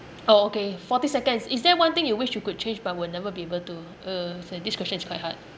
oh okay forty seconds is there one thing you wish you could change but will never be able to uh say this question is quite hard